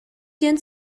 диэн